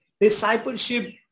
Discipleship